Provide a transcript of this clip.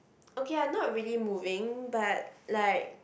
okay ah not really moving but like